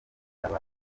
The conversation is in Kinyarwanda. aba